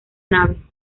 nave